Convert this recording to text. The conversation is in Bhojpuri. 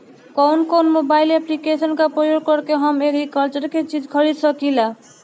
कउन कउन मोबाइल ऐप्लिकेशन का प्रयोग करके हम एग्रीकल्चर के चिज खरीद सकिला?